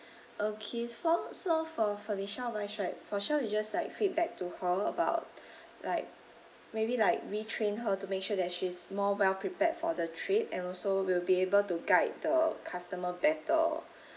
okay form so for felicia wise right for sure we just like feedback to her about like maybe like retrain her to make sure that she is more well prepared for the trip and also will be able to guide the customer better